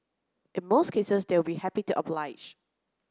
in most cases they will be happy to oblige